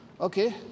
okay